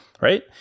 Right